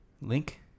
link